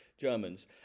Germans